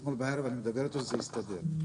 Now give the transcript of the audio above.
ואתמול בערב דיברתי איתו והזה הסתדר.